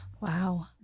Wow